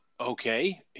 okay